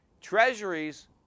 Treasuries